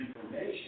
information